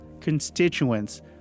constituents